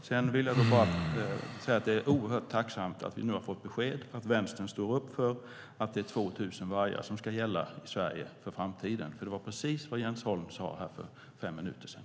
Sedan vill jag bara säga att det är oerhört tacksamt att vi nu har fått besked om att Vänstern står upp för att det är 2 000 vargar som ska gälla i Sverige för framtiden. Det var precis det som Jens Holm sade här för några minuter sedan.